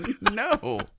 No